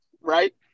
right